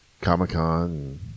Comic-Con